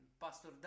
Pastor